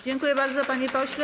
Dziękuję bardzo, panie pośle.